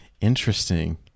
Interesting